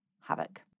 havoc